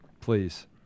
please